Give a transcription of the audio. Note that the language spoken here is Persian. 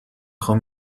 خوام